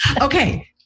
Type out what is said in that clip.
Okay